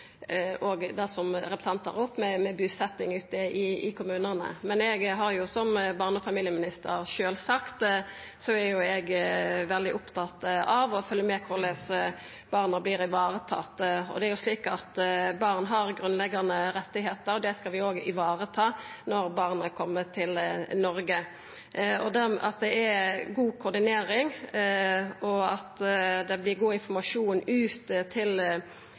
barne- og familieminister er eg sjølvsagt veldig opptatt av å følgja med på korleis barna vert varetatte. Det er jo slik at barn har grunnleggjande rettar, og det skal vi òg vareta når barna kjem til Noreg. Det at det er god koordinering, og at det vert gitt god informasjon ut til